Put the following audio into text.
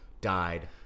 died